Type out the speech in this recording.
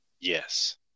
Yes